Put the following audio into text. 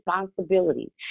responsibility